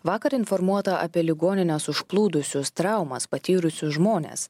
vakar informuota apie ligonines užplūdusius traumas patyrusius žmones